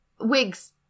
Wigs